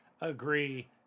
agree